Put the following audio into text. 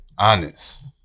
Honest